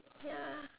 ya